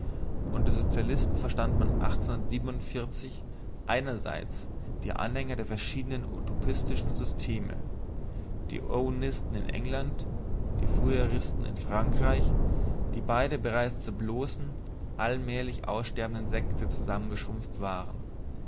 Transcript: unter sozialisten verstand man einerseits die anhänger der verschiedenen utopistischen systeme die owenisten in england die fourieristen in frankreich die beide bereits zu bloßen allmählich aussterbenden sekten zusammengeschrumpft waren